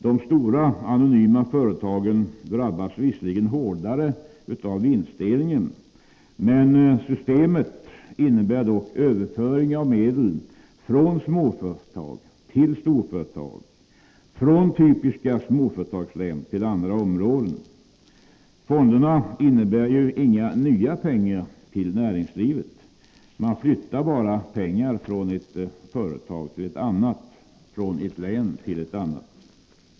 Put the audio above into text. De stora, anonyma företagen drabbas visserligen hårdare av vinstdelningen, men systemet innebär ändå en överföring av medel från småföretag till storföretag, från typiska småföretagslän till andra områden. Fonderna innebär ju inga nya pengar till näringslivet. Man flyttar bara pengar från ett visst företag till ett annat, från ett visst län till ett annat.